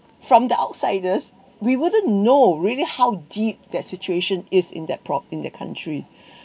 from the outsiders we wouldn't know really how deep that situation is in that probe in the country